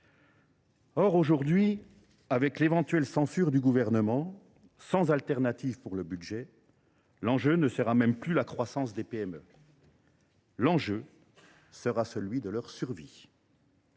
Or, aujourd’hui, du fait de l’éventuelle censure du Gouvernement, sans alternative pour le budget, l’enjeu ne sera même plus la croissance des PME. L’enjeu sera celui de leur survie.